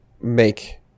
make